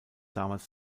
damals